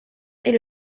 est